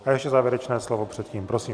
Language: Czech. Takže závěrečné slovo předtím, prosím.